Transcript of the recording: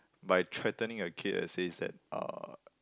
by threatening your kid it says that uh